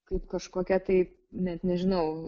kaip kažkokia tai net nežinau